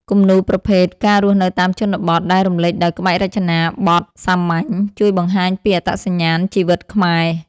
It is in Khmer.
គំនូរប្រភេទ ការរស់នៅតាមជនបទ ដែលរំលេចដោយក្បាច់រចនាបថសាមញ្ញ ជួយបង្ហាញពីអត្តសញ្ញាណជីវិតខ្មែរ។